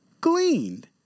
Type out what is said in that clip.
gleaned